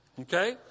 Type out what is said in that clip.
Okay